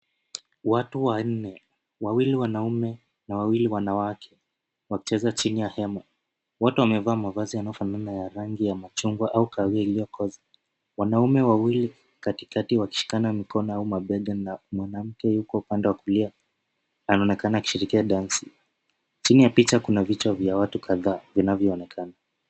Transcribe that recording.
Watu wanne, wawili wanaume na wawili wanawake, wakicheza chini ya hema. Wote wamevaa mavazi yanayofanana ya rangi ya machungwa au kahawia iliyokoza. Wanaume wawili katikati wakishikana mikono au mabega na mwanamke yuko upande wa kulia anaonekana akishirikia dansi. Chini ya picha kuna vichwa vya watu kadhaa vinavyoonekana.